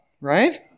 right